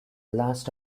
last